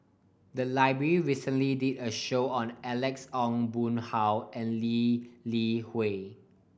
the library recently did a roadshow on Alex Ong Boon Hau and Lee Li Hui